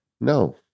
No